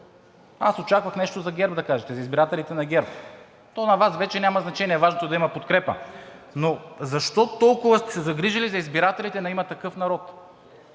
Аз очаквах нещо за ГЕРБ да кажете – за избирателите на ГЕРБ. То за Вас вече няма значение, важното е да има подкрепа. Но защо толкова сте се загрижили за избирателите на „Има такъв народ“?